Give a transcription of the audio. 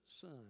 son